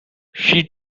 she